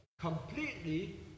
completely